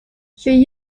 she